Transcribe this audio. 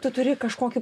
tu turi kažkokį